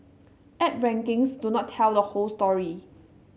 app rankings do not tell the whole story